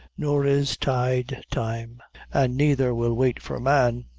nor is tide time, and neither will wait for man.